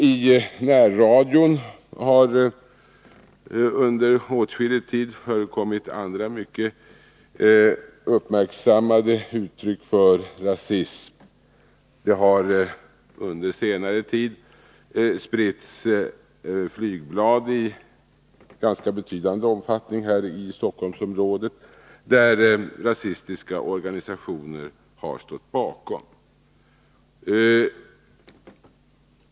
I närradion har under åtskillig tid förekommit andra mycket uppmärksammade uttryck för rasism. Det har under senare tid spritts flygblad i ganska betydande omfattning i Stockholmsområdet, där rasistiska organisationer har stått bakom.